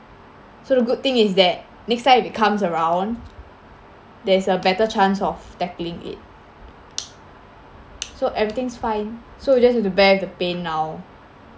so the good thing is that next time if it comes around there's a better chance of tackling it so everything's fine so we just need to bear the pain now